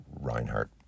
Reinhardt